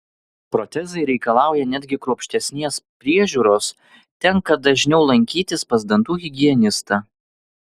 protezai reikalauja netgi kruopštesnės priežiūros tenka dažniau lankytis pas dantų higienistą